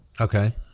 Okay